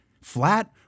flat